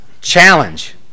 challenge